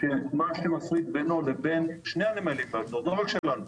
שמה שמפריד בינו לבין שני הנמלים לא רק שלנו,